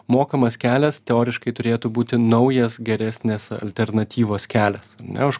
mokamas kelias teoriškai turėtų būti naujas geresnės alternatyvos kelias ne už